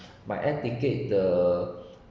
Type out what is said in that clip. my air ticket the